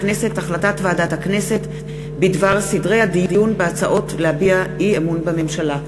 החלטת ועדת הכנסת בדבר סדרי הדיון בהצעות להביע אי-אמון בממשלה.